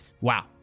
wow